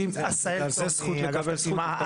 עשהאל צור, מאגף תקציבים.